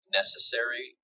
necessary